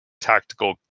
tactical